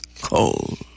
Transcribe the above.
cold